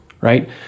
right